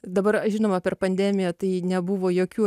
dabar žinoma per pandemiją tai nebuvo jokių